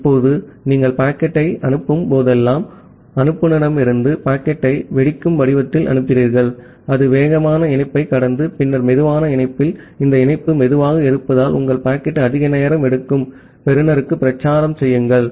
இப்போது நீங்கள் பாக்கெட்டை அனுப்பும் போதெல்லாம் அனுப்புநரிடமிருந்து பாக்கெட்டை வெடிக்கும் வடிவத்தில் அனுப்புகிறீர்கள் அது வேகமான இணைப்பைக் கடந்து பின்னர் சுலோ இணைப்பில் இந்த இணைப்பு மெதுவாக இருப்பதால் உங்கள் பாக்கெட் அதிக நேரம் எடுக்கும் பெறுநருக்கு பிரச்சாரம் செய்யுங்கள்